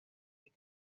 hip